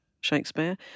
Shakespeare